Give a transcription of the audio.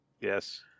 Yes